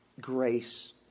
grace